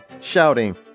shouting